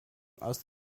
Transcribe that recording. aus